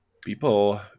people